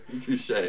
Touche